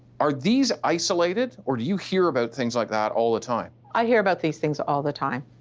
are these isolated or do you hear about things like that all the time? i hear about these things all the time.